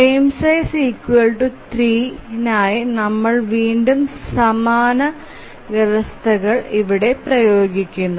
frame size 3 നായി നമ്മൾ വീണ്ടും സമാന വ്യവസ്ഥകൾ ഇവിടെ പ്രയോഗിക്കുന്നു